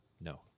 No